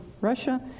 Russia